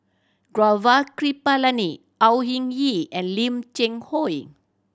Gaurav Kripalani Au Hing Yee and Lim Cheng Hoe